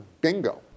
Bingo